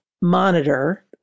monitor